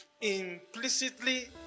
implicitly